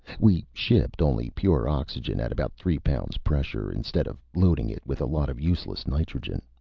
we shipped only pure oxygen at about three pounds pressure, instead of loading it with a lot of useless nitrogen.